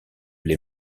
les